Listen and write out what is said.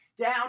Down